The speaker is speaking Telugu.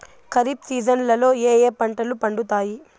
ఖరీఫ్ సీజన్లలో ఏ ఏ పంటలు పండుతాయి